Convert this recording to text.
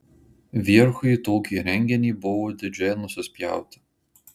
vierchui į tokį reginį buvo didžiai nusispjauti